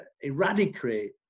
eradicate